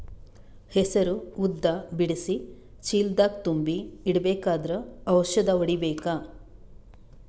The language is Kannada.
ಹೆಸರು ಉದ್ದ ಬಿಡಿಸಿ ಚೀಲ ದಾಗ್ ತುಂಬಿ ಇಡ್ಬೇಕಾದ್ರ ಔಷದ ಹೊಡಿಬೇಕ?